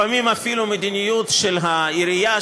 לפעמים אפילו מדיניות של העירייה,